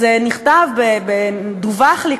דווח לי,